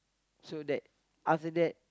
so that other that